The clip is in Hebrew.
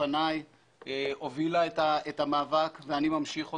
לפניי הובילה את המאבק ואני ממשיך אותו,